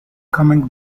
coming